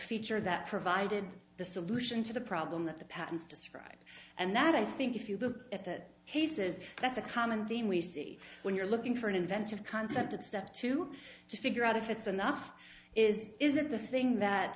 feature that provided the solution to the problem that the patents described and that i think if you look at the cases that's a common theme we see when you're looking for an inventive concept it's step two to figure out if it's enough is isn't the thing that